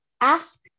ask